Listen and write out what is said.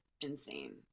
insane